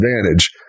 advantage